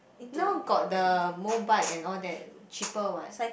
now got the Mobike and all that cheaper what